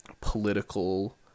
political